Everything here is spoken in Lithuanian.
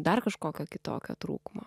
dar kažkokio kitokio trūkumo